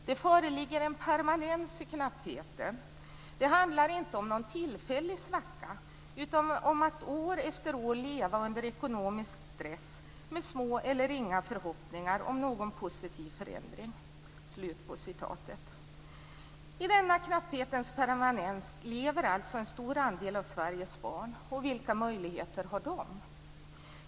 Det föreligger en permanens i knappheten, det handlar inte om någon tillfällig svacka utan om att år efter år leva under ekonomisk stress med små eller inga förhoppningar om någon positiv förändring." I denna knapphetens permanens lever alltså en stor andel av Sveriges barn. Vilka möjligheter har de?